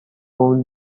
قول